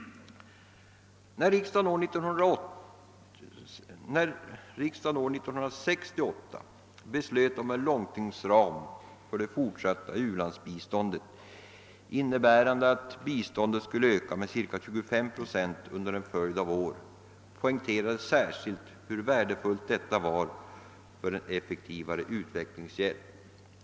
När riksdagen år 1968 beslöt om en långtidsram för det fortsatta u-landsbiståndet, innebärande att biståndet skulle öka med cirka 235 procent under en följd av år, poängterades särskilt hur värdefullt detta var för en effektivare utvecklingshjälp.